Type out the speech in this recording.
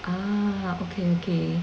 ah okay okay